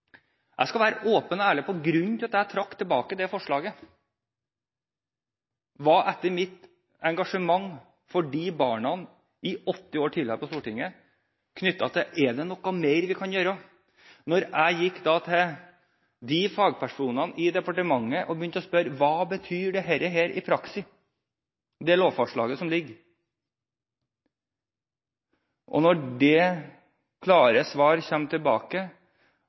skal være åpen og ærlig om grunnen til at jeg trakk tilbake dette forslaget. Det var etter mitt engasjement for disse barna i åtte år på Stortinget knyttet til spørsmålet: Er det noe mer vi kan gjøre? Da jeg gikk til fagpersonene i departementet og begynte å spørre: Hva betyr dette lovforslaget som foreligger, i praksis? Det kom et klart svar tilbake om at det